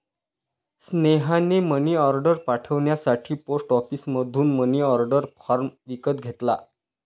स्नेहाने मनीऑर्डर पाठवण्यासाठी पोस्ट ऑफिसमधून मनीऑर्डर फॉर्म विकत घेतला